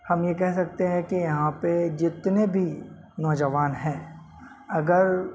ہم یہ کہہ سکتے ہیں کہ یہاں پہ جتنے بھی نوجوان ہیں اگر